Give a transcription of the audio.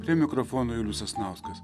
prie mikrofono julius sasnauskas